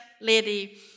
lady